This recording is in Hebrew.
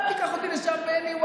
אל תיקח אותי לשם, בני.